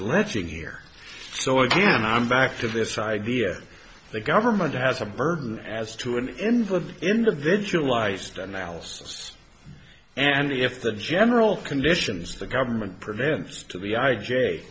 alleging here so again i'm back to this idea that government has a burden as to an invalid individual iced analysis and if the general conditions of the government prevents to the i j